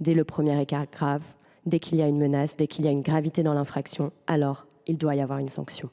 Dès le premier écart grave, dès qu’il y a une menace, dès qu’il y a une gravité dans l’infraction, alors il doit y avoir une sanction.